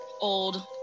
old